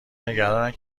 نگرانند